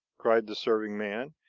cried the serving man,